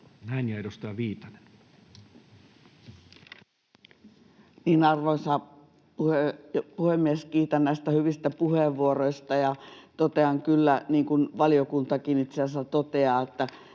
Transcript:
Näin, ja edustaja Viitanen. Arvoisa puhemies! Kiitän näistä hyvistä puheenvuoroista ja totean kyllä, niin kuin valiokuntakin itse asiassa toteaa, että